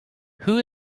who